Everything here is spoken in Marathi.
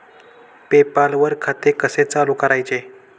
पे पाल वर खाते कसे चालु करायचे